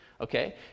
Okay